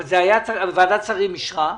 ועדת שרים אישרה,